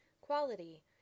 Quality